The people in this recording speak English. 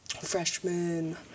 freshman